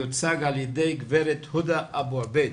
יוצג על ידי גברת הודא אבו-עבייד.